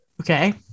Okay